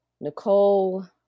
Nicole